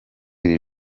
iri